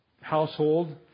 household